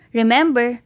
Remember